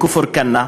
כפר-כנא,